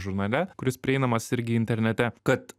žurnale kuris prieinamas irgi internete kad